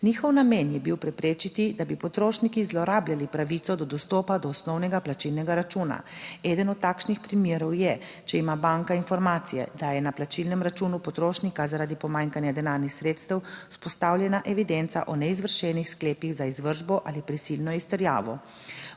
Njihov namen je bil preprečiti, da bi potrošniki zlorabljali pravico do dostopa do osnovnega plačilnega računa. Eden od takšnih primerov je, če ima banka informacije, da je na plačilnem računu potrošnika zaradi pomanjkanja denarnih sredstev vzpostavljena evidenca o neizvršenih sklepih za izvršbo ali prisilno izterjavo.